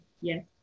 yes